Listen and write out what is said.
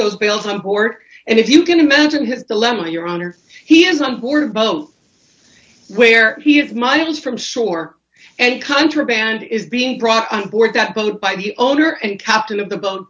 those bales of court and if you can imagine his dilemma your honor he is on board both where he is my dad was from shore and contraband is being brought on board that boat by the owner and captain of the boat